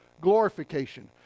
glorification